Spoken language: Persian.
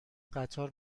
قطار